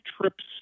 trips